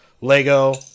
Lego